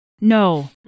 No